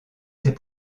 ses